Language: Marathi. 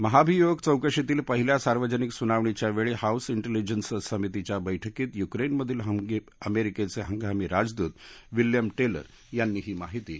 महाभियोग चौकशीतील पहिल्या सार्वजनिक सुनावणीच्या वेळी हाऊस इंटेलिजन्स समितीच्या बर्फ्कीत युक्रेनमधील अमेरिकेचे हंगामी राजदूत विल्यम टेलर यांनी ही माहिती उघड केली